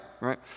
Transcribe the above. right